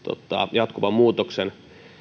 jatkuvan muutoksen